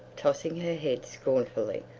tossing her head scornfully.